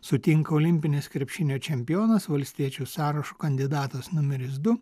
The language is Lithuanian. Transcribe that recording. sutinka olimpinis krepšinio čempionas valstiečių sąrašo kandidatas numeris du